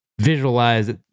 visualize